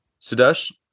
Sudesh